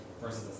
versus